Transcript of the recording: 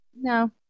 No